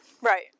Right